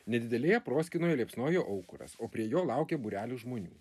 nedidelėje proskynoje liepsnojo aukuras o prie jo laukė būrelis žmonių